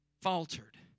faltered